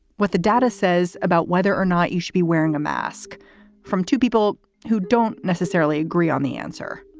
what the data says about whether or not you should be wearing a mask from two people who don't necessarily agree on the answer.